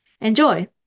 Enjoy